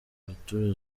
arthur